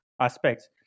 aspects